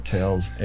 Tails